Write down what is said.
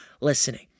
listening